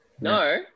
No